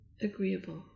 agreeable